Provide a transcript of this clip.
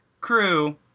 crew